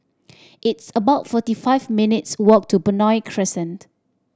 it's about forty five minutes' walk to Benoi Crescent